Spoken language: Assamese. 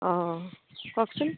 অঁ কওকচোন